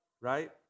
right